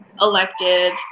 elective